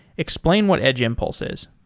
explain what edge impulse is.